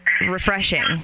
refreshing